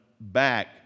back